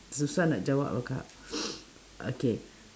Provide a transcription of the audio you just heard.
susah nak jawab lah okay